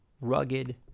rugged